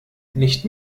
nicht